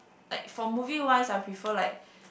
like for movie wise I prefer like